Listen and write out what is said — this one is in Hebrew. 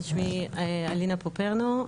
שמי אלינה פופרנו,